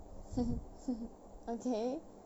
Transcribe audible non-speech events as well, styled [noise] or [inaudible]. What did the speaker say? [laughs] okay